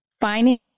finding